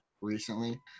recently